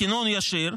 בכינון ישיר?